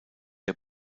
der